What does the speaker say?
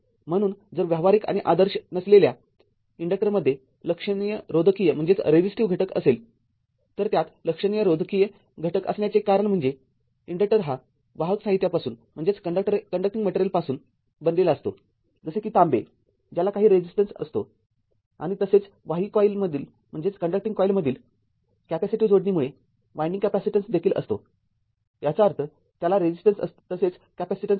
म्हणून जर व्यावहारिक आणि आदर्श नसलेल्या इन्डक्टरमध्ये लक्षणीय रोधकीय घटक असेल तर त्यात लक्षणीय रोधकीय घटक असण्याचे कारण म्हणजे इन्डक्टर हा वाहक साहित्यापासून बनलेला असतो जसे कि तांबे ज्याला काही रेजिस्टन्स असतो तसेच वाही कॉइल्समधील कॅपॅसिटीव्ह जोडणीमुळे वायंडिंग कॅपॅसिटन्स देखील असतो याचा अर्थत्याला रेजिस्टन्स तसेच कॅपेसिटन्स असतो